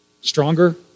Stronger